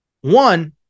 One